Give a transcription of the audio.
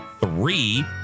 three